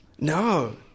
No